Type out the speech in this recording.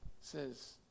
says